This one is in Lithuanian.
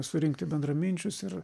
surinkti bendraminčius ir